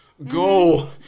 go